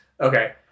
Okay